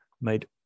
made